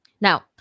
Now